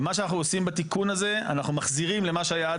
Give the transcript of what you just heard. ומה שאנחנו עושים בתיקון הזה אנחנו מחזירים למה שהיה עד